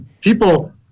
people